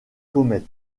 comet